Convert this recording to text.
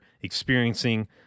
experiencing